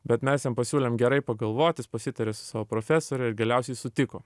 bet mes jam pasiūlėm gerai pagalvot jis pasitarė su savo profesore ir galiausiai sutiko